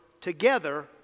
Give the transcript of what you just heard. together